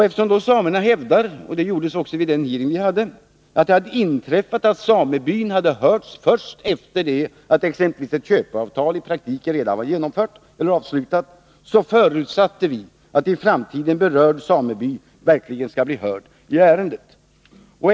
Eftersom samerna hävdar — det gjordes också vid den hearing som vi hade — att det har inträffat att samebyn hörts först efter det att exempelvis ett köpeavtal i praktiken redan har genomförts eller avslutats, förutsatte vi att berörd sameby i framtiden verkligen skall bli hörd i ärendet.